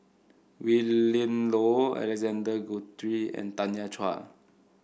Willin Low Alexander Guthrie and Tanya Chua